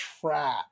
trap